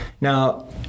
Now